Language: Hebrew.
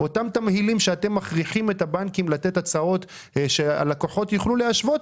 אותם תמהילים שאתם מכריחים את הבנקים לתת הצעות שהלקוחות יוכלו להשוות,